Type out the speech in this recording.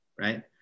right